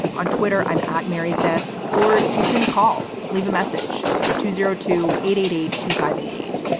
on twitter, i'm at mary's desk. or you can call leave a message two zero two eight eight eight two five eight eight.